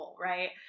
right